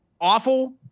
awful